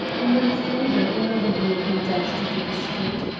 a minute later another vehicle dashed into the street.